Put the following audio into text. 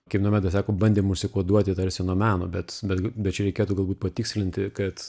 kaip nomeda sako bandėm užsikoduoti tarsi nuo meno bet bet bet čia reikėtų galbūt patikslinti kad